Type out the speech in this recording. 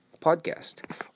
podcast